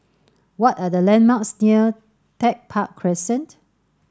what are the landmarks near Tech Park Crescent